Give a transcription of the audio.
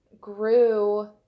grew